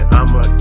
I'ma